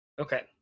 Okay